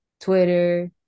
Twitter